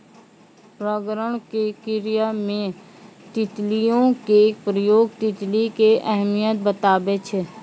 परागण के क्रिया मे तितलियो के प्रयोग तितली के अहमियत बताबै छै